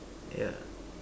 yeah